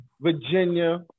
Virginia